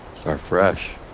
start fresh.